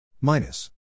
minus